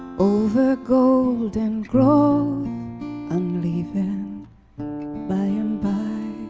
over goldengrove unleaving, by and by?